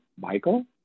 michael